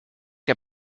que